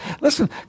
Listen